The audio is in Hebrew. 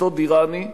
אותו דיראני,